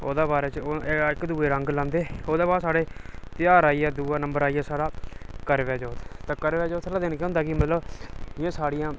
ओह्दे बारे च इक दुए गी रंग लांदे ओह्दे बाद साढ़ा धेयार आई गेआ दूआ नंबर आया साढ़ा करवाचौथ ते करवाचौथ आह्ले दिन केह् होंदा कि मतलब जियां साढ़ियां